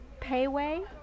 Payway